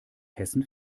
hessen